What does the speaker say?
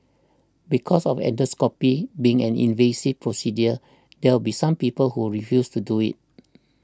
because of endoscopy being an invasive procedure there will be some people who refuse to do it